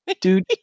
Dude